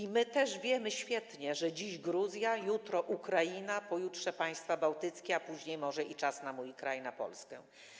I my też wiemy świetnie, że dziś Gruzja, jutro Ukraina, pojutrze państwa bałtyckie, a później może i czas na mój kraj, na Polskę.